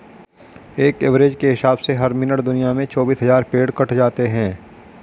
एक एवरेज के हिसाब से हर मिनट दुनिया में चौबीस हज़ार पेड़ कट जाते हैं